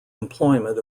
employment